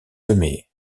lemay